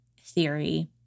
theory